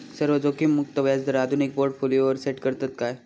सर्व जोखीममुक्त व्याजदर आधुनिक पोर्टफोलियोवर सेट करतत काय?